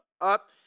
up